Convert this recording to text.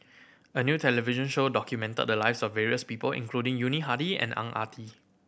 a new television show documented the lives of various people including Yuni Hadi and Ang Ah Tee